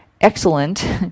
excellent